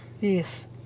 Yes